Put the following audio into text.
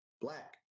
black